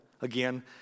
Again